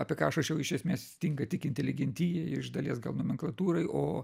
tai apie ką aš rašiau iš esmės tinka tik inteligentijai iš dalies gal nomenklatūrai o